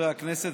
חברי הכנסת,